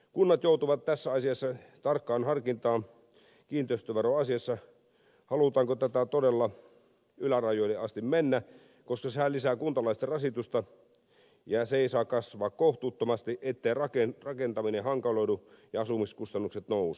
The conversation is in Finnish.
kunnat joutuvat tässä kiinteistöveroasiassa tarkkaan harkitsemaan halutaanko tässä todella ylärajoille asti mennä koska sehän lisää kuntalaisten rasitusta ja se ei saa kasvaa kohtuuttomasti ettei rakentaminen hankaloidu ja asumiskustannukset nouse